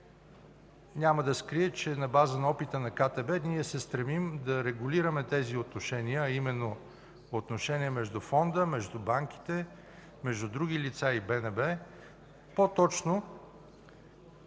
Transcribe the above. Няма да скрия, че на база на опита на КТБ, ние се стремим да регулираме тези отношения, а именно – отношения между Фонда, между банките, между други лица и БНБ, по-точно